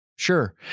Sure